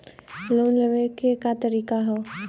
Loan के लेवे क तरीका का ह?